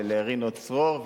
ולרינו צרור,